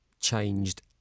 changed